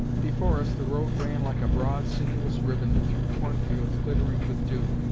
before us the road ran like a broad, sinuous ribbon through cornfields glittering with dew.